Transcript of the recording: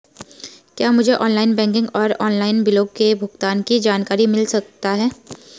क्या मुझे online banking और ऑनलाइन बिलों के भुगतान की जानकारी मिल सकता है?